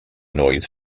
noise